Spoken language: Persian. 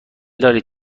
دارید